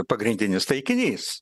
pagrindinis taikinys